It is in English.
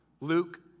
Luke